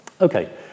okay